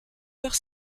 tard